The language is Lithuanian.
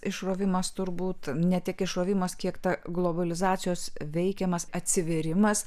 išrovimas turbūt ne tik išrovimas kiek ta globalizacijos veikiamas atsivėrimas